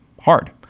hard